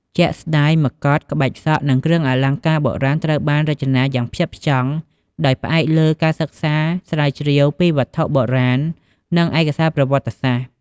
ជាក់ស្តែង មកុដ ក្បាច់សក់ និង គ្រឿងអលង្ការបុរាណ ត្រូវបាន រចនាយ៉ាងផ្ចិតផ្ចង់ ដោយផ្អែកលើការសិក្សាស្រាវជ្រាវពីវត្ថុបុរាណ និងឯកសារប្រវត្តិសាស្ត្រ។